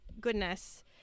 goodness